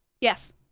Yes